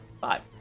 five